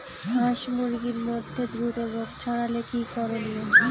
হাস মুরগির মধ্যে দ্রুত রোগ ছড়ালে কি করণীয়?